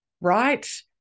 Right